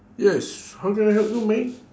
yes how can I help you mate